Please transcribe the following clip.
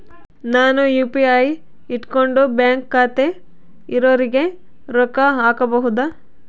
ನಾನು ಯು.ಪಿ.ಐ ಇಟ್ಕೊಂಡು ಬ್ಯಾಂಕ್ ಖಾತೆ ಇರೊರಿಗೆ ರೊಕ್ಕ ಹಾಕಬಹುದಾ?